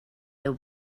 deu